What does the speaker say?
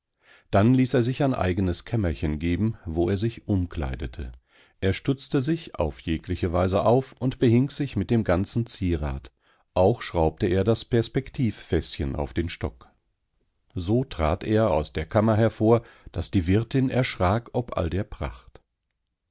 dann ließ er sich ein eigenes kämmerchen geben wo er sich umkleidete er stutzte sich auf jegliche weise auf und behing sich mit dem ganzen zierat auch schraubte er das perspektivfäßchen auf den stock so trat er aus der kammer hervor daß die wirtin erschrak ob all der pracht